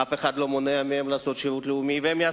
אף אחד לא מונע מהם לעשות שירות לאומי,